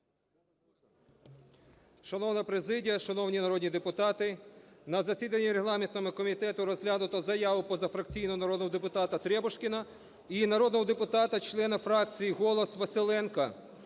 Шановна президія! Шановні народні депутати! На засіданні регламентного комітету розглянуто заяву позафракційного народного депутата Требушкіна і народного депутата члена фракції "Голос" Василенка.